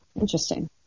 Interesting